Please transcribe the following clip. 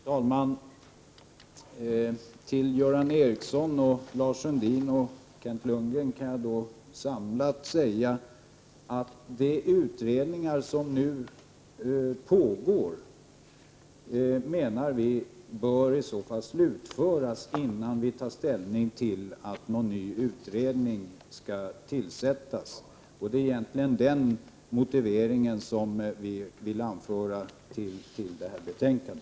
Herr talman! Till Göran Ericsson, Lars Sundin och Kent Lundgren vill jag säga att vi menar att de utredningar som nu pågår i så fall bör slutföras innan vi tar ställning till om någon ny utredning skall tillsättas. Det är egentligen den motiveringen vi vill anföra till betänkandet.